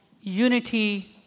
Unity